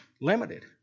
limited